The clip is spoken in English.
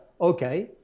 okay